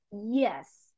Yes